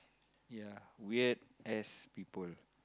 ya weird ass people